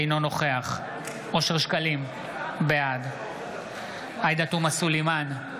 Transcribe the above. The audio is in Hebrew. אינו נוכח אושר שקלים, בעד עאידה תומא סלימאן,